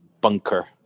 bunker